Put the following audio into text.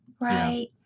Right